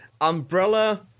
Umbrella